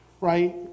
right